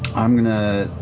i'm going to.